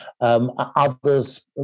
Others